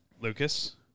Lucas